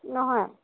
নহয়